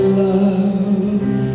love